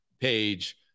page